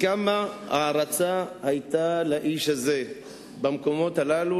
כמה הערצה היתה לאיש הזה במקומות הללו,